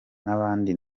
n’abandi